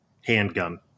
handgun